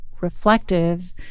reflective